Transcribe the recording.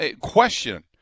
question